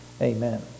Amen